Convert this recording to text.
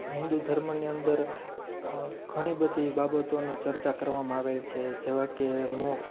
હિન્દુ ધર્મની અંદર ઘણી બધી બાબતોનો ચર્ચા કરવામાં આવી છે જેવા કે મોક્ષ